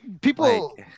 people